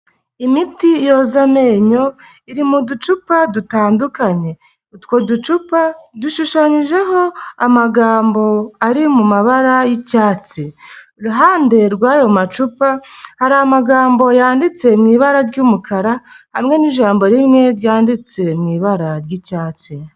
Imiti yoza amenyo iri mu ducupa dutandukanye. Utwo ducupa dushushanyijeho amagambo ari mu mabara y'icyatsi. Iruhande rw'ayo macupa hari amagambo yanditse mu ibara ry'umukara hamwe n'ijambo rimwe ryanditse mu ibara ry'icyatsi.